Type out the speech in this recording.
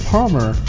Palmer